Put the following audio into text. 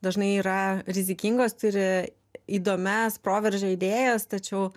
dažnai yra rizikingos turi įdomias proveržio idėjas tačiau